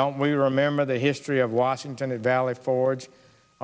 don't we remember the history of washington in valley forge